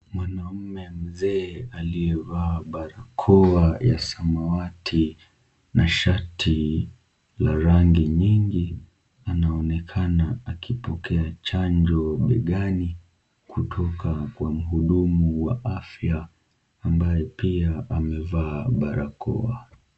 Mwanamume mzee aliyevaa barakoa ya samawati na shati la rangi nyingi anaonekana akipokea chanjo begani kutoka kwa mhudumu wa afya ambaye pia amevaa barakoa.